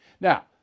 Now